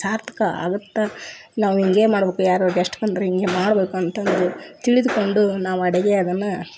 ಸಾರ್ಥಕ ಆಗುತ್ತೆ ನಾವು ಹೀಗೇ ಮಾಡ್ಬೇಕು ಯಾರೋ ಗೆಸ್ಟ್ ಬಂದರೆ ಹೀಗೆ ಮಾಡಬೇಕು ಅಂತಂದು ತಿಳಿದುಕೊಂಡು ನಾವು ಅಡುಗೆ ಅದನ್ನು